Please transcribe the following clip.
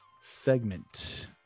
segment